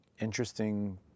interesting